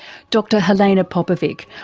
dr helena popovic,